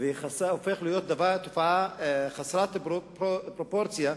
והופך להיות תופעה חסרת פרופורציה,